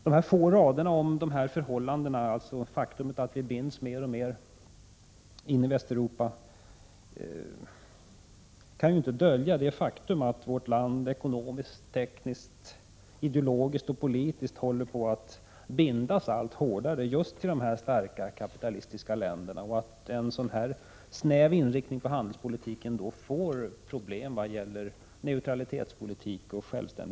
De få raderna om dessa förhållanden, att vi binds mer och mer in i Västeuropa, kan inte dölja det faktum att vårt land ekonomiskt, tekniskt, ideologiskt och politiskt håller på att bindas allt hårdare just till dessa starka kapitalistiska länder och att en sådan här snäv inriktning på handelspolitiken leder till problem vad gäller neutralitetspolitik och själv Prot.